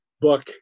book